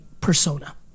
persona